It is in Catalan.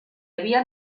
havia